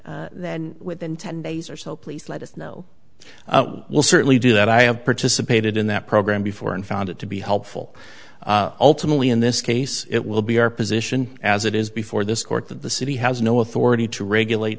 then within ten days or so please let us know while certainly do that i have participated in that program before and found it to be helpful in this case it will be our position as it is before this court that the city has no authority to regulate